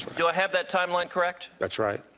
do i have that timeline correct? that's right.